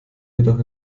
jedoch